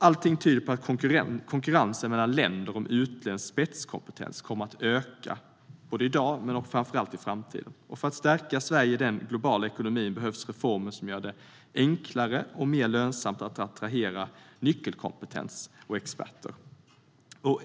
Allting tyder på att konkurrensen mellan länder om utländsk spetskompetens kommer att öka både i dag och framför allt i framtiden. För att stärka Sverige i den globala ekonomin behövs reformer som gör det enklare och mer lönsamt att attrahera nyckelkompetens och experter.